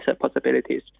possibilities